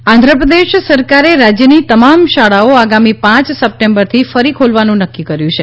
AP school Andhra Pradesh સરકારે રાજ્યની તમામ શાળાઓ આગામી પાંચ સપ્ટેમ્બરથી ફરી ખોલવાનું નક્કી કર્યું છે